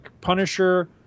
Punisher